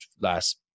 last